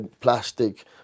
plastic